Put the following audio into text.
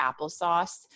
applesauce